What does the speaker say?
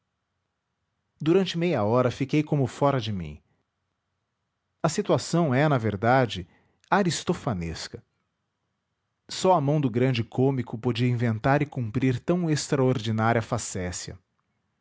durante meia hora fiquei como fora de mim a situação é na verdade aristofanesca só a mão do grande cômico podia inventar e cumprir tão extraordinária facécia